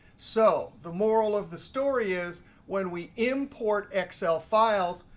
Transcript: so the moral of the story is when we import excel files,